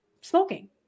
smoking